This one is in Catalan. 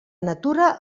natura